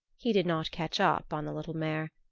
he did not catch up on the little mare.